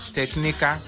Technica